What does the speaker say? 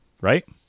right